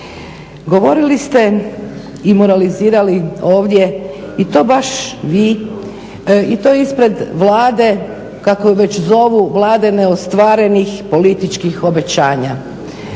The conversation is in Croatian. govorili ste i moralizirali ovdje i to baš vi i to ispred Vlade kako je već zovu Vlade neostvarenih političkih obećanja.